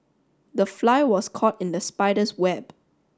the fly was caught in the spider's web